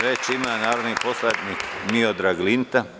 Reč ima narodni poslanik Miodrag Linta.